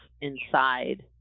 inside